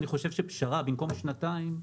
אבל אני חושב שפשרה במקום שנתיים,